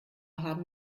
haben